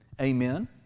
Amen